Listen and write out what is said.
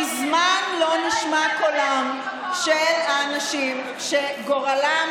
מזמן לא נשמע קולם של האנשים שגורלם